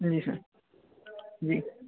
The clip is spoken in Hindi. जी सर जी